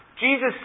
Jesus